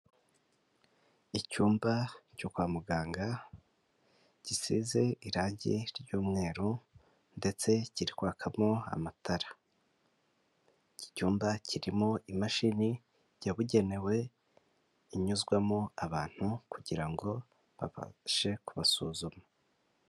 Icyumba cyo kwa muganga, gisize irangi ry'umweru ndetse kiri kwakamo amatara, iki cyumba kirimo imashini yabugenewe inyuzwamo abantu kugira ngo babashe kubasuzuma.